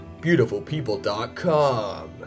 Beautifulpeople.com